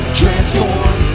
transform